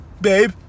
babe